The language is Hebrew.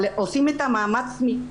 אבל עושים את המאמץ ---.